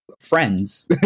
friends